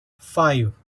five